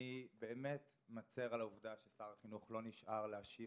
אני מצר על העובדה ששר החינוך לא נשאר להשיב